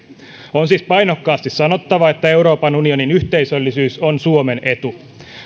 on siis painokkaasti sanottava että euroopan unionin yhteisöllisyys on suomen etu